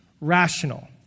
rational